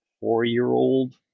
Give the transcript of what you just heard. four-year-old